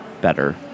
better